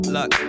Look